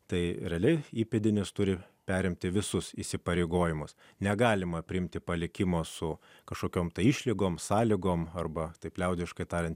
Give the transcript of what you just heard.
tai realiai įpėdinis turi perimti visus įsipareigojimus negalima priimti palikimo su kažkokiom išlygom sąlygom arba taip liaudiškai tariant